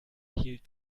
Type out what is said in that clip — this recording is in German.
hielt